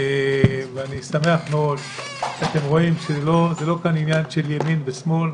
אני שמח שאתם רואים שזה לא עניין של ימין ושמאל.